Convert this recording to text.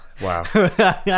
Wow